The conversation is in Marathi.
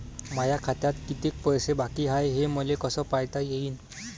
माया खात्यात कितीक पैसे बाकी हाय हे मले कस पायता येईन?